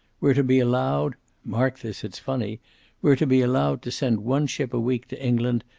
we're to be allowed mark this, it's funny we're to be allowed to send one ship a week to england,